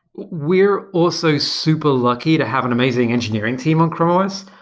we're also super lucky to have an amazing engineering team on chrome os.